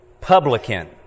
publican